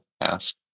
ask